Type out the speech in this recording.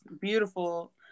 Beautiful